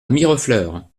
mirefleurs